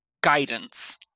guidance